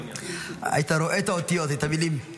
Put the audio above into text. היית רואה את האותיות, את המילים.